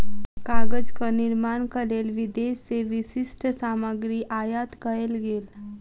कागजक निर्माणक लेल विदेश से विशिष्ठ सामग्री आयात कएल गेल